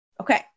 Okay